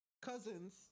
cousins